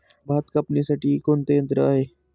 भात कापणीसाठी कोणते यंत्र आहे?